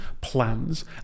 plans